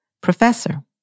professor